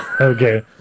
Okay